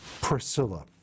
Priscilla